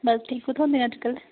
बस ठीक कुत्थें होंदे अज्जकल